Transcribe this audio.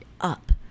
up